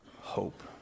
hope